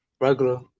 regular